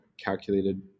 calculated